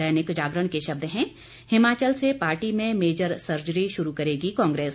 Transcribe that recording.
दैनिक जागरण के शब्द हैं हिमाचल से पार्टी में मेजर सर्जरी शुरू करेगी कांग्रेस